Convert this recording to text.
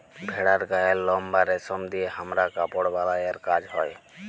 ভেড়ার গায়ের লম বা রেশম দিয়ে হামরা কাপড় বালাই আর কাজ হ্য়